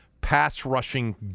pass-rushing